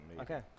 Okay